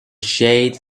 shade